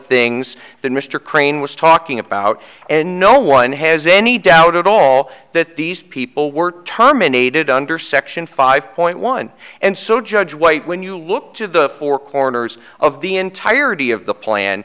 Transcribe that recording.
things that mr crane was talking about and no one has any doubt at all that these people were terminated under section five point one and so judge white when you look to the four corners of the entirety of the plan